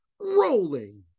rolling